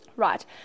Right